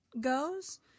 goes